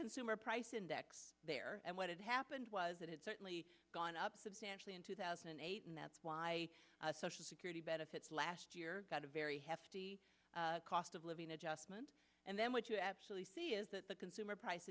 consumer price there and what had happened was that it certainly gone up substantially in two thousand and eight and that's why social security benefits last year got a very hefty cost of living adjustment and then what you actually see is that the consumer price